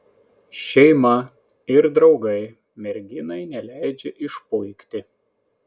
šeima ir draugai merginai neleidžia išpuikti